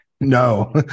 No